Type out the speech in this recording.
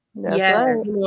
Yes